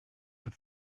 with